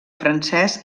francès